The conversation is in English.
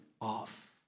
off